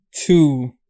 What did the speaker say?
two